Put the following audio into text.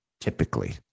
Typically